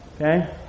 okay